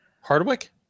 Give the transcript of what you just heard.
Hardwick